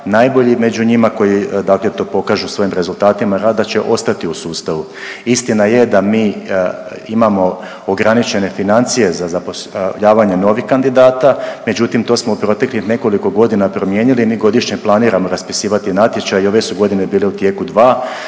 najbolji među njima koji dakle to pokažu svojim rezultatima rada će ostati u sustavu. Istina je da mi imamo ograničene financije za zapošljavanje novih kandidata, međutim, to smo u proteklih nekoliko godina promijenili, mi godišnje planiramo raspisivati natječaje i ove su godine bila u tijeku dva